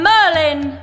Merlin